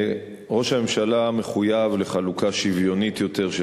ראש הממשלה מחויב לחלוקה שוויונית יותר של